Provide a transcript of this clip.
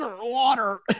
water